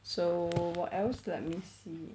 so what else let me see